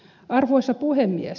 arvoisa puhemies